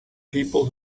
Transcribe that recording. people